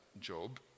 Job